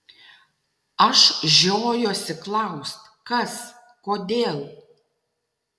aš žiojuosi klaust kas kodėl